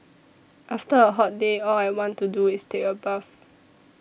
after a hot day all I want to do is take a bath